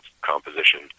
composition